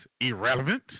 irrelevant